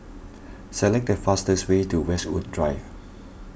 select the fastest way to Westwood Drive